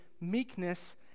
meekness